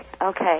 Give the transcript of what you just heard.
okay